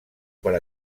per